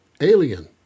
Alien